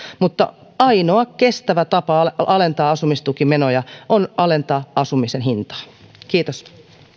mutta ainoa kestävä tapa alentaa asumistukimenoja on alentaa asumisen hintaa kiitos